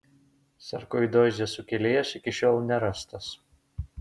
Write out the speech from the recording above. sarkoidozės sukėlėjas iki šiol nerastas